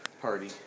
party